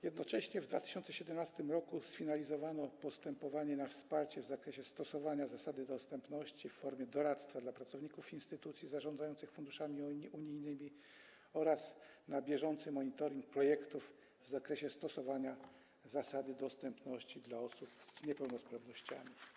Jednocześnie w 2017 r. sfinalizowano postępowanie, jeśli chodzi o wsparcie w zakresie stosowania zasady dostępności w formie doradztwa dla pracowników instytucji zarządzających funduszami unijnymi oraz bieżący monitoring projektów w zakresie stosowania zasady dostępności dla osób z niepełnosprawnościami.